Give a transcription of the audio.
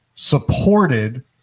supported